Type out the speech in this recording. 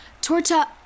Torta